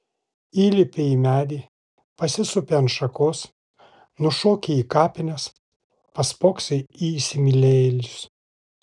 įlipi į medį pasisupi ant šakos nušoki į kapines paspoksai į įsimylėjėlius